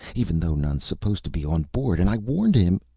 even though none's supposed to be on board. and i warned him.